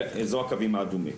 זה הקו האדום.